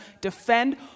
defend